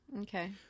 Okay